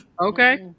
Okay